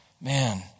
man